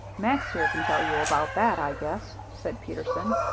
max, here, can tell you about that, i guess, said peterson.